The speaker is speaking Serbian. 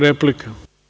Replika.